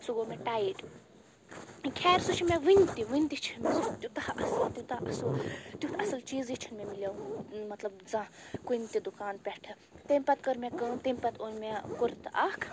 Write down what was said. سُہ گوٚو مےٚ ٹایِٹ خیر سُہ چھُ مےٚ وُنہِ تہِ وُنہِ تہِ چھُ مےٚ سُہ تیٛوٗتاہ اصٕل تیٛوٗتاہ اصٕل تیٛتھ اصٕل چیٖزٕے چھُنہٕ مےٚ مِلیٛومُت مطلب زانٛہہ کُنہِ تہِ دُکان پٮ۪ٹھ تَمہِ پَتہٕ کٔر مےٚ کٲم تَمہِ پَتہٕ اوٚن مےٚ کُرتہٕ اَکھ